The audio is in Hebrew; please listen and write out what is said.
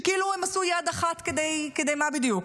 שכאילו הם עשו יד אחת כדי, מה בדיוק?